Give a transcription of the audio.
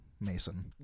Mason